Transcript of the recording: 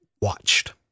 watched